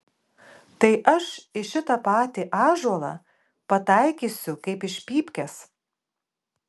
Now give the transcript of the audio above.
tai aš į šitą patį ąžuolą pataikysiu kaip iš pypkės